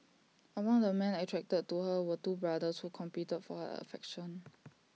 among the men attracted to her were two brothers who competed for her affection